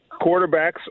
quarterbacks